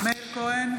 מאיר כהן,